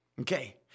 Okay